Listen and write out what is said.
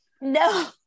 No